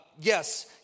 Yes